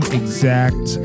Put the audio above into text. exact